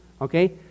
Okay